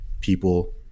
people